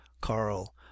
Carl